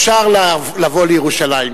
אפשר לבוא לירושלים.